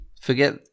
Forget